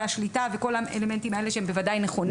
השליטה וכל האלמנטים האלה שהם בוודאי נכונים.